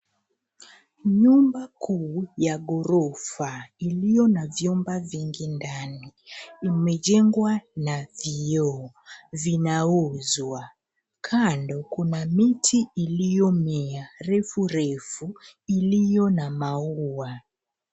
Nyumba kuu ya ghorofa iliyo na vyumba vingi ndani, imejengwa na vioo vinauzwa. Kando kuna miti iliyomea refu refu iliyo na maua.